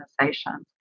organizations